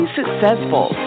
successful